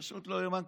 פשוט לא יאומן.